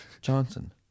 Johnson